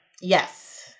Yes